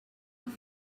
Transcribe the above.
nach